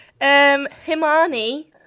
himani